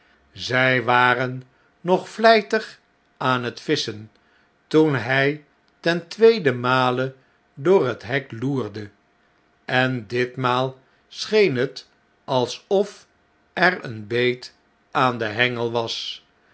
zfl waren nog vljjtig aan het visschen toen hn ten tweede male door het hek loerde en ditmaal scheen het alsof er een beet aan den hengel was